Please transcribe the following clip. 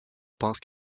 pense